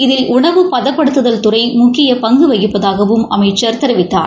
இதில் உணவு பதப்படுத்துதல் துறை முக்கிய பங்கு வகிப்பதாகவும் அமைச்சர் தெரிவித்தார்